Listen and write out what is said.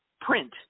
print